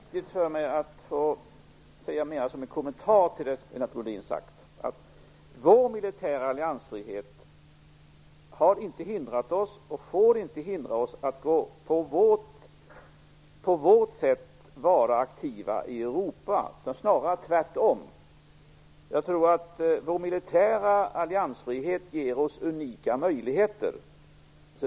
Herr talman! Det är väldigt viktigt för mig att mera som en kommentar till det Lennart Rohdin har sagt säga att vår militära alliansfrihet inte har hindrat oss och inte får hindra oss från att på vårt sätt vara aktiva i Europa. Det är snarare tvärtom. Jag tror att vår militära alliansfrihet ger oss unika möjligheter.